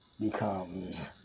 becomes